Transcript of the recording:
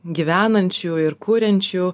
gyvenančių ir kuriančių